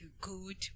good